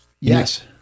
Yes